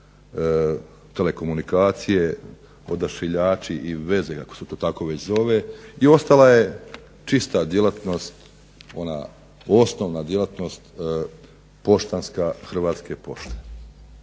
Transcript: telekomunikacije odašiljači i veze kako se to već zove i ostala je čista djelatnost ona osnovna djelatnost poštanska Hrvatske pošte.